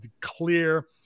clear